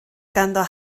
ganddo